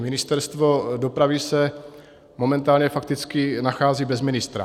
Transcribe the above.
Ministerstvo dopravy se momentálně fakticky nachází bez ministra.